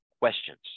questions